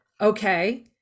okay